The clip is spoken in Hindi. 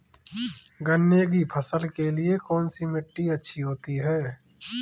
गन्ने की फसल के लिए कौनसी मिट्टी अच्छी होती है?